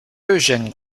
eugene